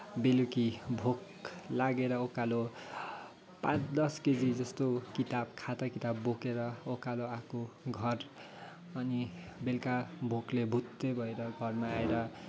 बेलुकी भोक लागेर उकालो पाँच दस केजी जस्तो किताब खाता किताब बोकेर उकालो आएको घर अनि बेलुका भोकले भुत्तै भएर घरमा आएर